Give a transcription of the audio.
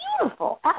Beautiful